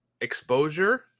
exposure